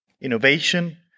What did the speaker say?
innovation